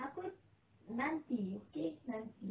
aku nanti okay nanti